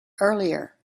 earlier